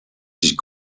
sich